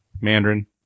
Mandarin